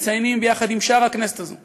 מציינים יחד עם שאר הכנסת הזאת